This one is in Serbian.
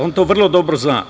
On to vrlo dobro zna.